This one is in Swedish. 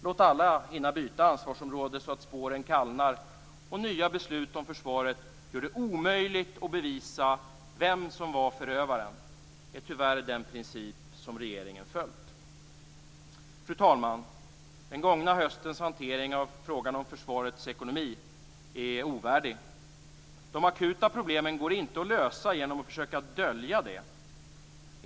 Låt alla hinna byta ansvarsområde så att spåren kallnar och nya beslut om försvaret gör det omöjligt att bevisa vem som var förövaren - det är tyvärr den princip som regeringen följt. Fru talman! Den gångna höstens hantering av frågan om försvarets ekonomi är ovärdig. De akuta problemen går inte att lösa genom att man försöker dölja det.